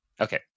Okay